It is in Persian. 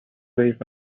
ضعیف